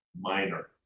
minor